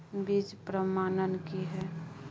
बीज प्रमाणन की हैय?